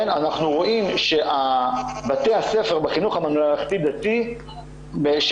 אנחנו רואים שבתי הספר בחינוך הממלכתי-דתי שיכולים